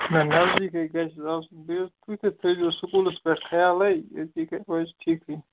نا نَزدیٖکٕے حظ گَژھٮ۪س آسُن بیٚیہِ حظ تُہۍ تہٕ تھٲے زِیووس سکوٗلس پٮ۪ٹھ خیالٕے أتی کیاہ روزِ ٹھیکھٕے